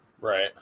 Right